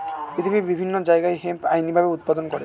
পৃথিবীর বিভিন্ন জায়গায় হেম্প আইনি ভাবে উৎপাদন করে